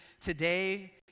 Today